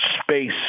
space